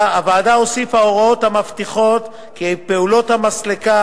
הוועדה הוסיפה הוראות המבטיחות כי פעולות המסלקה